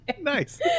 Nice